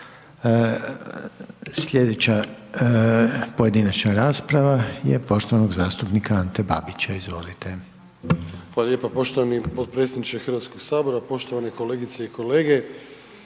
Sljedeća pojedinačna rasprava je poštovanog zastupnika Ante Babića. Izvolite. **Babić, Ante (HDZ)** Hvala lijepa, poštovani potpredsjedniče Hrvatskoga sabora, poštovane kolegice i kolege.